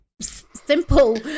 simple